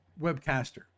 webcaster